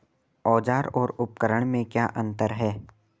औज़ार और उपकरण में क्या अंतर है?